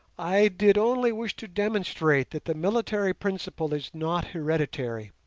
i did only wish to demonstrate that the military principle is not hereditary.